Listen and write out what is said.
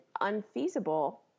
unfeasible